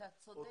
אתה צודק.